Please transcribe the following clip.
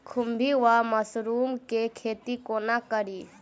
खुम्भी वा मसरू केँ खेती कोना कड़ी?